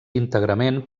íntegrament